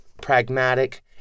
pragmatic